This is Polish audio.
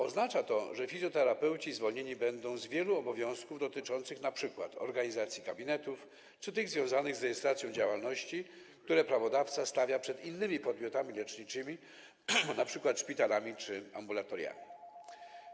Oznacza to, że fizjoterapeuci zwolnieni będą z wielu obowiązków dotyczących np. organizacji gabinetów czy tych związanych z rejestracją działalności, które prawodawca stawia przed innymi podmiotami leczniczymi, np. szpitalami czy ambulatoriami.